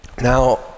Now